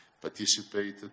participated